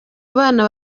abana